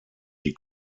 die